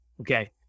Okay